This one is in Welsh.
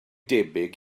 debyg